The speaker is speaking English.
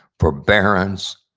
forbearance,